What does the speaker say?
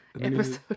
episode